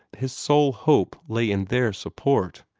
his sole hope lay in their support.